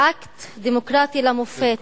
באקט דמוקרטי למופת